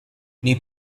nei